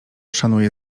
szanuje